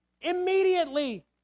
immediately